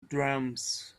drums